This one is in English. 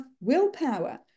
willpower